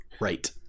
Right